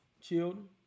children